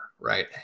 right